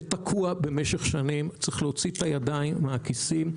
שתקוע במשך שנים צריך להוציא את הידיים מן הכיסים,